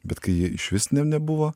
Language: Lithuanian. bet kai jie iš vis ne nebuvo